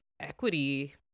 equity